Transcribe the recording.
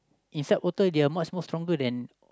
inside water they are much more stronger than